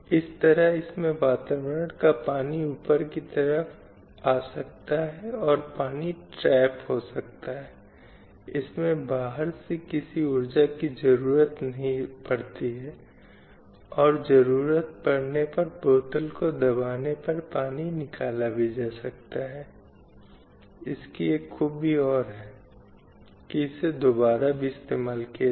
जो समाज में विद्यमान असमानता के इस मुद्दे को दूर करने की कोशिश करती है और यह दूर करने की कोशिश करती है जो असमानताओं और भेदभावपूर्ण प्रथाओं के साधन हो सकते हैं अब इस लैँगिक न्याय को संयुक्त राष्ट्र का सहस्राब्दी विकास लक्ष्यों मिलेनियम डेवलपमेंट गोल्स में से एक के रूप में पहचाना गया